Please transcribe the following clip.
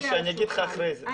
או שאני אגיד לך אחרי זה.